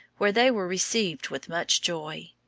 where they were received with much joy.